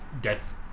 death